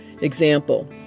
example